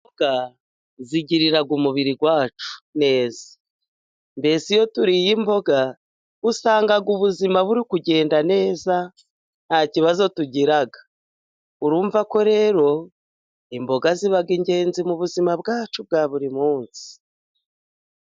Imboga zigirira umubiri wacu neza, mbese iyo turiye imboga usanga ubuzima buri kugenda neza, nta kibazo tugira, urumva ko rero imboga ziba ingenzi mu buzima bwacu bwa buri munsi.